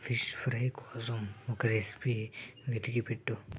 fish fry కోసం ఒక recipe వెతికి పెట్టు